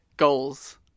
Goals